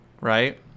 right